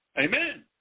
Amen